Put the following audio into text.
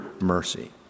mercy